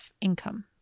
income